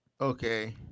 Okay